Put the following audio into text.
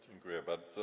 Dziękuję bardzo.